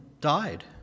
died